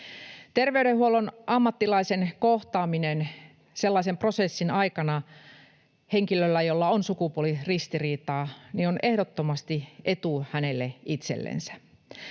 Terveydenhuollon ammattilaisen kohtaaminen sellaisen prosessin aikana henkilöllä, jolla on sukupuoliristiriitaa, on ehdottomasti etu hänelle itsellensä.